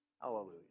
Hallelujah